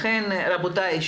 רבותיי,